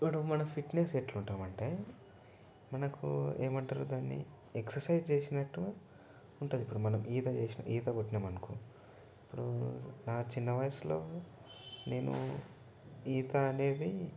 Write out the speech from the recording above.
అప్పుడు మనం ఫిట్నెస్ ఎట్ల ఉంటుంది అంటే మనకు ఏమంటారు దాన్ని ఎక్సైజ్ చేసినట్టు ఉంటుంది ఇప్పుడు మనం ఈత చేసి ఈత కొట్టినాం అనుకో ఇప్పుడు నా చిన్న వయసులో నేను ఈత అనేది